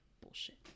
bullshit